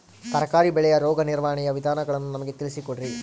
ತರಕಾರಿ ಬೆಳೆಯ ರೋಗ ನಿರ್ವಹಣೆಯ ವಿಧಾನಗಳನ್ನು ನಮಗೆ ತಿಳಿಸಿ ಕೊಡ್ರಿ?